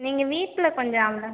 நீங்கள் வீட்டில் கொஞ்சம் அவனை